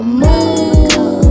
move